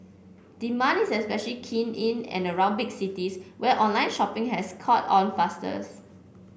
demand is especially keen in and around big cities where online shopping has caught on fastest